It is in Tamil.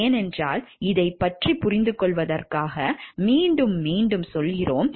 ஏனென்றால் இதைப் பற்றிப் புரிந்துகொள்வதற்காக மீண்டும் மீண்டும் சொல்கிறோம்